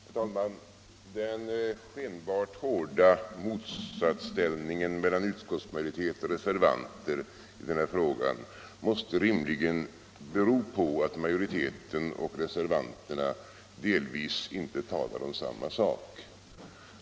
Herr talman! Den skenbart hårda motsatsställningen mellan utskottsmajoritet och reservanter i denna fråga måste rimligen bero på att majoriteten och reservanterna delvis inte talar om samma sak.